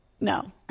No